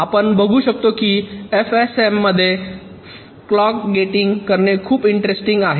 आपण बघू शकतो की एफएसएम मध्ये क्लॉक गेटिंग करणे खूप इंटरेस्टींग आहे